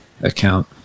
account